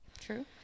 True